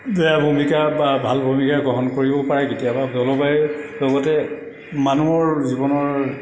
বেয়া ভূমিকা বা ভাল ভূমিকা গ্ৰহণ কৰিব পাৰে কেতিয়াবা জলবায়ুৰ লগতে মানুহৰ জীৱনৰ